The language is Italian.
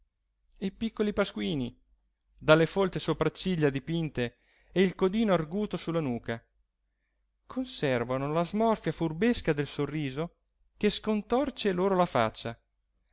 i piccoli pasquini dalle folte sopracciglia dipinte e il codino arguto sulla nuca conservano la smorfia furbesca del sorriso che scontorce loro la faccia